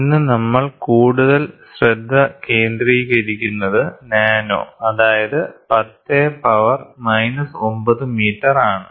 ഇന്ന് നമ്മൾ കൂടുതൽ ശ്രദ്ധ കേന്ദ്രീകരിക്കുന്നത് നാനോ അതായത് 10−9 മീറ്റർ ആണ്